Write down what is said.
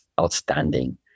outstanding